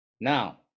now